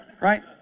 Right